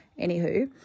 Anywho